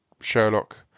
Sherlock